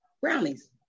brownies